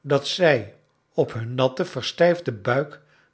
dat zij op hun natten verstijfden buik